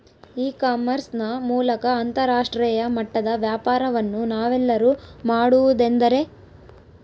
E commerce ನ ಮೂಲಕ ಅಂತರಾಷ್ಟ್ರೇಯ ಮಟ್ಟದ ವ್ಯಾಪಾರವನ್ನು ನಾವೆಲ್ಲರೂ ಮಾಡುವುದೆಂದರೆ?